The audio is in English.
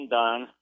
done